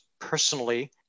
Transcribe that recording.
personally